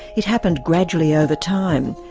it happened gradually over time,